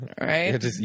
Right